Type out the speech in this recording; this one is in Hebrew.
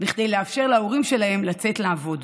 כדי לאפשר להורים שלהם לצאת לעבוד.